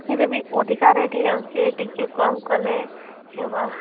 ସେଇଟା ବି ଅଧିକା ରେଟ ହୋଇଯାଉଛି ଟିକେ କମ କଲେ ହେବ